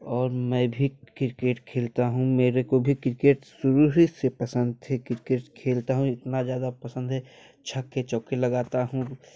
और मैं भी क्रिकेट खेलता हूँ मेरे को भी क्रिकेट शुरू से ही पसंद थे क्रिकेट खेलता हूँ इतना ज्यादा पसंद है छक्के चौक्के लगता हूँ